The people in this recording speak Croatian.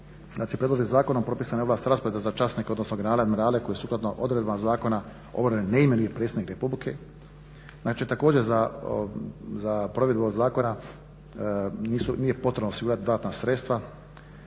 Znači, predloženim zakonom propisane su ovlasti rasporeda za časnike, odnosno generale, admirale koji sukladno odredbama zakona … ne imenuje predsjednik Republike. Znači, također za provedbu ovog zakona nije potrebno osigurati dodatna sredstva